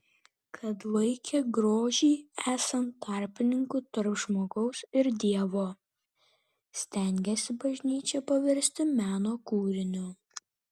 kad laikė grožį esant tarpininku tarp žmogaus ir dievo stengėsi bažnyčią paversti meno kūriniu